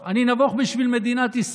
מכבדת.